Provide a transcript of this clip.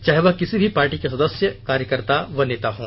चाहे वह किसी भी पार्टी के सदस्य कार्यकर्ता या नेता हों